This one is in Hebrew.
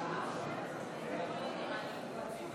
גם השרה גמליאל, גם חבר הכנסת כץ,